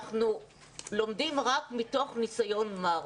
אנחנו לומדים רק מתוך ניסיון מר.